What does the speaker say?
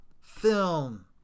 film